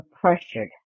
pressured